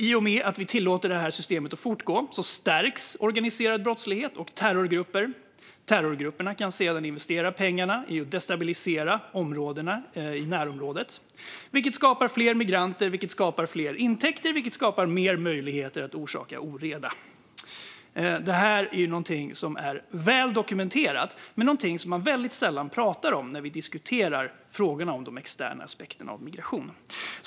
I och med att vi tillåter det här systemet att fortgå stärks organiserad brottslighet och terrorgrupper. Terrorgrupperna kan sedan investera pengarna i att destabilisera områdena i närområdet. Det skapar fler migranter, vilket skapar fler intäkter och fler möjligheter att orsaka oreda. Det här är någonting som är väl dokumenterat men som man väldigt sällan talar om när vi diskuterar frågorna om de externa aspekterna av migration.